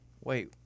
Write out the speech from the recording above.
Wait